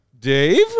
Dave